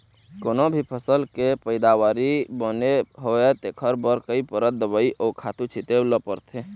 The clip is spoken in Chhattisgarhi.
कोनो भी फसल के पइदावारी बने होवय तेखर बर कइ परत दवई अउ खातू छिते ल परथे